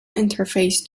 interface